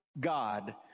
God